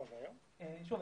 שוב,